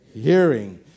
hearing